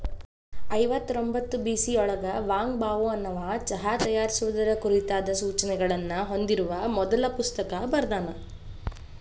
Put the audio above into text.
ಐವತ್ತರೊಂಭತ್ತು ಬಿಸಿಯೊಳಗ Wang Bao ಅನ್ನವಾ ಚಹಾ ತಯಾರಿಸುವುದರ ಕುರಿತಾದ ಸೂಚನೆಗಳನ್ನ ಹೊಂದಿರುವ ಮೊದಲ ಪುಸ್ತಕ ಬರ್ದಾನ